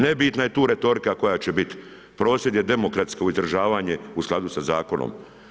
Nebitna je tu retorika koja će biti, prosvjed je demokratsko izražavanje u skladu sa zakonom.